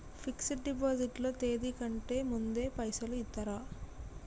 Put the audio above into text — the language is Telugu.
ఫిక్స్ డ్ డిపాజిట్ లో తేది కంటే ముందే పైసలు ఇత్తరా?